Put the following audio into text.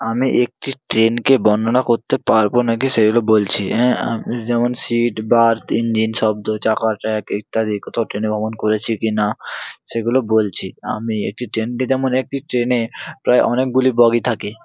আমি একটি ট্রেনকে বর্ণনা করতে পারব না কি সেগুলো বলছি আমি যেমন সিট বার্থ ইঞ্জিন শব্দ চাকার ট্র্যাক ইত্যাদি কোথাও ট্রেনে ভ্রমণ করেছি কি না সেগুলো বলছি আমি একটি ট্রেনটি যেমন একটি ট্রেনে প্রায় অনেকগুলি বগি থাকে